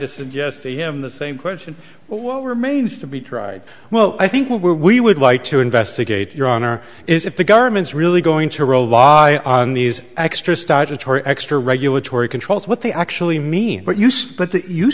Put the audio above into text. to suggest to him the same question well remains to be tried well i think where we would like to investigate your honor is if the government's really going to rely on these extra statutory extra regulatory controls what they actually mean but you